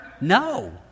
No